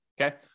okay